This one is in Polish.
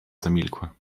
zamilkła